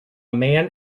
man